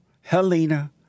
Helena